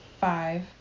five